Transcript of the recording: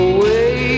Away